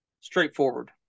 straightforward